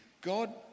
God